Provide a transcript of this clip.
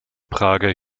prager